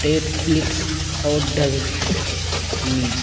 TET flicks اور Disney